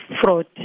fraud